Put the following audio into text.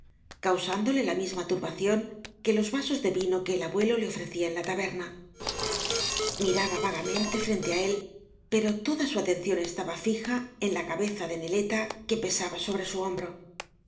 causándole la misma turbación que loa vasos de vino que el aóuelo le ofrecía en la taberna miraba vagamente frente á él pero toda su atención estaba fija en la cabeza de neleta que pesaba sobre su hombro